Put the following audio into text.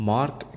Mark